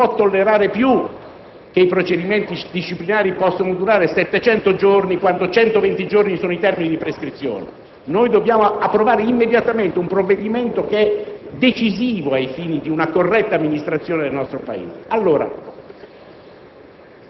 infatti più tollerare che i procedimenti disciplinari possano durare 700 giorni quando 120 giorni sono i termini di prescrizione. Noi dobbiamo approvare immediatamente un provvedimento che è decisivo ai fini di una corretta amministrazione del nostro Paese.